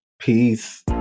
Peace